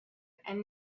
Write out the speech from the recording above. and